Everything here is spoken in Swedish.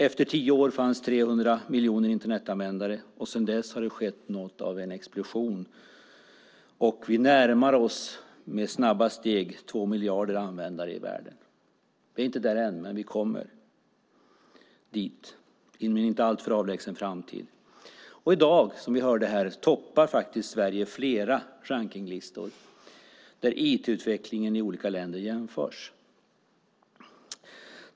Efter tio år fanns det 300 miljoner Internetanvändare, och sedan dess har det skett något av en explosion. Vi närmar oss med snabba steg två miljarder användare i världen. Vi är inte där än, men vi kommer dit inom en inte alltför avlägsen framtid. I dag toppar, som vi hörde, Sverige flera rankinglistor där IT-utvecklingen i olika länder jämförs.